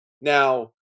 Now